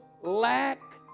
lack